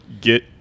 get